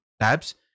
tabs